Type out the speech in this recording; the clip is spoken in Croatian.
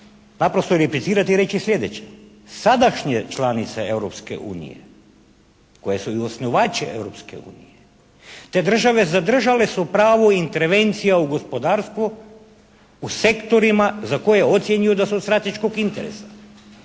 naprosto replicirati i reći sljedeće. Sadašnje članice Europske unije koje su osnivači Europske unije, te države zadržale su pravo intervencije u gospodarstvu, u sektorima za koje ocjenjuju da su od strateškog interesa.